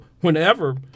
whenever